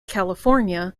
california